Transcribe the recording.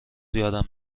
یادم